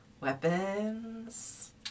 weapons